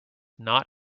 not